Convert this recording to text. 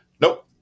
nope